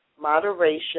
moderation